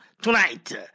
tonight